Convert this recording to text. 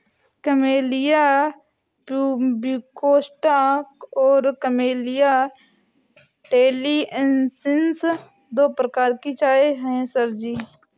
camellia pubicosta और camellia taliensis दो प्रकार की चाय है सर जी